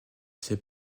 ses